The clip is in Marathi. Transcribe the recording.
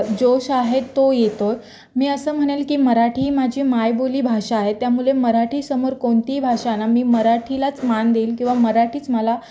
जोश आहे तो येतो मी असं म्हणेल की मराठी ही माझी मायबोली भाषा आहे त्यामुळे मराठी समोर कोणतीही भाषा ना मी मराठीलाच मान देईल किवा मराठीच मला